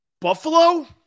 Buffalo